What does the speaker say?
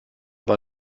war